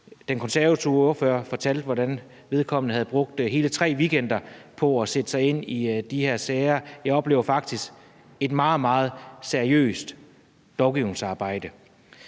Den konservative ordfører fortalte, hvordan vedkommende havde brugt hele tre weekender på at sætte sig ind i de her sager. Jeg oplever faktisk et meget, meget seriøst lovgivningsarbejde.